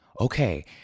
Okay